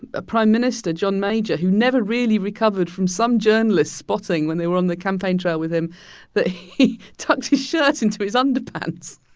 ah prime minister, john major, who never really recovered from some journalist spotting when they were on the campaign trail with him that he tucked his shirt into his underpants.